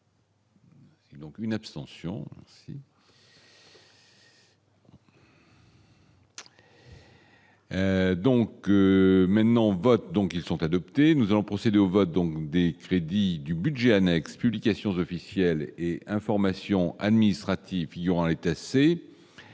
donc une abstention. Donc, maintenant, on vote, donc ils sont adoptés, nous allons procéder au vote, donc des crédits du budget annexe publications officielles et information administrative, il y